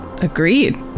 Agreed